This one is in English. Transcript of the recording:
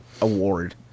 award